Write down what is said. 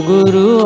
Guru